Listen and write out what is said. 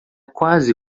quase